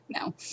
No